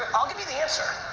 i'll give you the answer.